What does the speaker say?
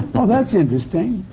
oh, that's interesting.